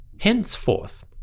Henceforth